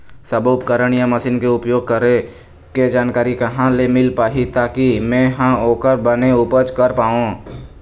सब्बो उपकरण या मशीन के उपयोग करें के जानकारी कहा ले मील पाही ताकि मे हा ओकर बने उपयोग कर पाओ?